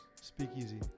Speakeasy